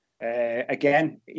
Again